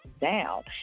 down